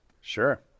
sure